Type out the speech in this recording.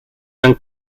and